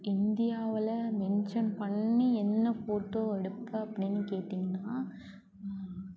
இந்தியாவில் மென்ஷன் பண்ணி என்ன ஃபோட்டோ எடுப்பேன் அப்படின்னு கேட்டீங்கன்னால்